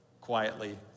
quietly